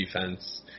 defense